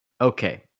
okay